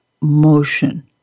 motion